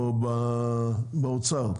או באוצר.